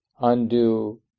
undo